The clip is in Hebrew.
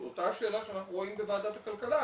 אותה שאלה שאנחנו רואים בוועדת הכלכלה,